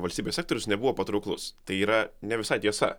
valstybės sektorius nebuvo patrauklus tai yra ne visai tiesa